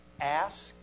Ask